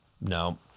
no